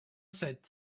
sept